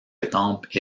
estampes